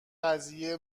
قضیه